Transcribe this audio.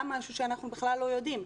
גם זה משהו שאנחנו בכלל לא יודעים.